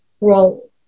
role